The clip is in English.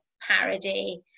parody